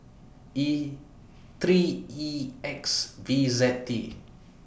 E three E X V Z T